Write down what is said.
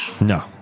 No